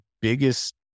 biggest